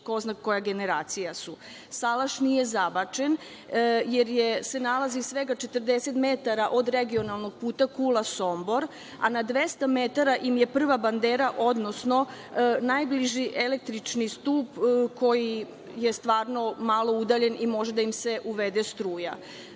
ko zna koja generacija su. Salaš nije zabačen jer se nalazi svega 40 metara od regionalnog puta Kula-Sombor, a na 200 metara im je prva bandera, odnosno najbliži električni stub koji je stvarno malo udaljen i može da im se uvede struje.